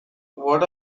what